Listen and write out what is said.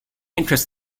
interest